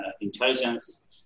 intelligence